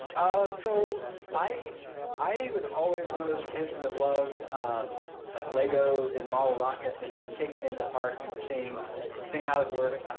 ah so, i i was always one of those kids that loved um like legos and model rockets and and taking things apart and seeing seeing how it worked.